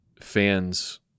fans